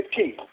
15